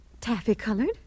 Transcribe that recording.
taffy-colored